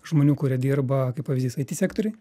žmonių kurie dirba kaip pavyzdys it sektoriuj